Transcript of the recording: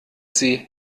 sie